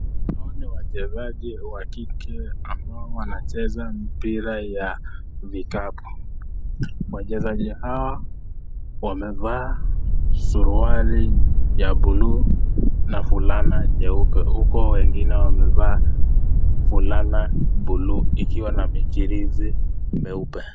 Hawa ni wachezaji wa kike ambao wanacheza mpira ya vikabu, wachezaji hao wamevaa suruali ya blue na fulana nyeube huku wengine wamevaa fulana blue ikiwa na mijirizi meupe.